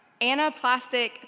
Anaplastic